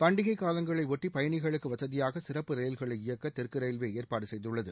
பண்டிகை காலங்களை ஒட்டி பயணிகளுக்கு வசதியாக சிறப்பு ரயில்களை இயக்க தெற்கு ரயில்வே ஏற்பாடு செய்துள்ளது